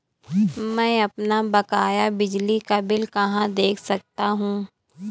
मैं अपना बकाया बिजली का बिल कहाँ से देख सकता हूँ?